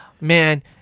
Man